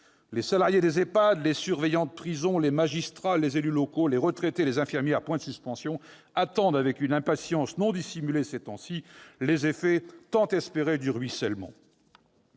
dépendantes, les EHPAD, les surveillants de prison, les magistrats, les élus locaux, les retraités, les infirmières, bien d'autres encore attendent avec une impatience non dissimulée, ces temps-ci, les effets tant espérés du « ruissellement